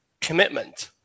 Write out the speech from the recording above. commitment